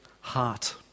heart